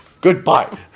Goodbye